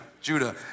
Judah